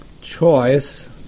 choice